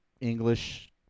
English